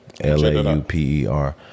l-a-u-p-e-r